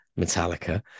Metallica